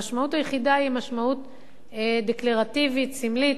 המשמעות היחידה היא משמעות דקלרטיבית, סמלית,